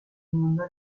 mundo